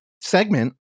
segment